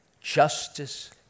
Justice